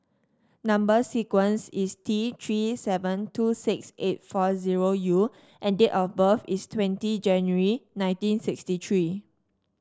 number sequence is T Three seven two six eight four zero U and date of birth is twenty January nineteen sixty three